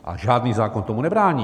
A žádný zákon tomu nebrání.